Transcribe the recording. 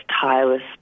tireless